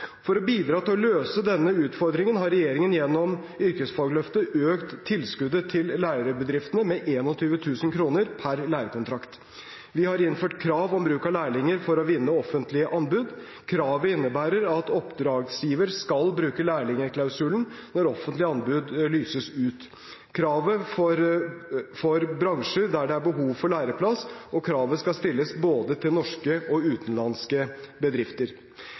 For å bidra til å løse denne utfordringen har regjeringen gjennom yrkesfagløftet økt tilskuddet til lærebedriftene med 21 000 kr per lærekontrakt. Vi har innført krav om bruk av lærlinger for å vinne offentlige anbud. Kravet innebærer at oppdragsgiver skal bruke lærlingklausulen når offentlige anbud lyses ut. Kravet gjelder for bransjer der det er behov for læreplasser, og kravet skal stilles både til norske og utenlandske bedrifter.